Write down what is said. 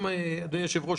אדוני היושב ראש,